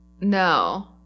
No